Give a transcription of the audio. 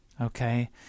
okay